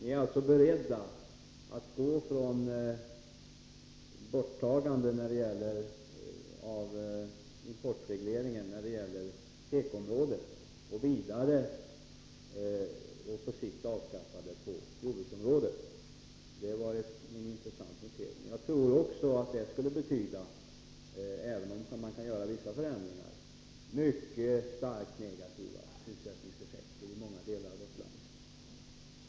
Ni är alltså beredda att gå från ett borttagande av importregleringarna på tekoområdet till att på sikt avskaffa dem även på jordbrukets område. Det var en intressant notering. Även om man kan göra vissa förändringar, torde det få mycket negativa sysselsättningseffekter i många delar av vårt land.